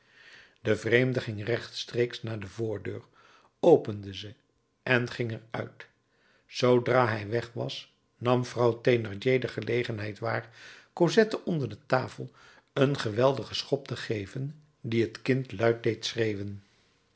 de vreemde ging rechtstreeks naar de voordeur opende ze en ging er uit zoodra hij weg was nam vrouw thénardier de gelegenheid waar cosette onder de tafel een geweldigen schop te geven die het kind luid deed schreeuwen